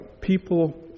People